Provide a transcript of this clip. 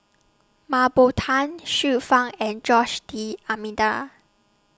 Mah Bow Tan Xiu Fang and Jose D'almeida